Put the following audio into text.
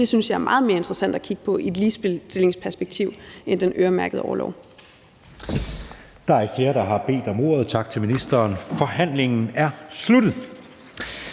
Det synes jeg er meget mere interessant at kigge på i et ligestillingsperspektiv end den øremærkede orlov.